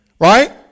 right